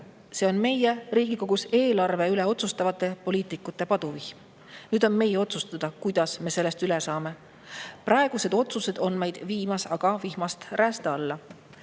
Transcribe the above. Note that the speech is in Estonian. See on meie, Riigikogus eelarve üle otsustavate poliitikute paduvihm. Nüüd on meie otsustada, kuidas me sellest üle saame. Praegused otsused on meid aga viimas vihma käest räästa alla.